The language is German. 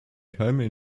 keime